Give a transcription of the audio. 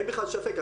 אין בכלל ספק.